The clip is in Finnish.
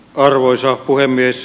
arvoisa puhemies